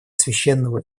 священного